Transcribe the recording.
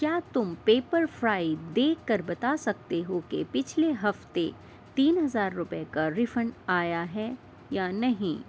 کیا تم پیپر فرائی دیکھ کر بتا سکتے ہو کہ پچھلے ہفتے تین ہزار روپے کا ریفنڈ آیا ہے یا نہیں